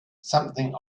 something